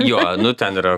jo nu ten yra